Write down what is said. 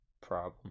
problem